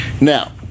Now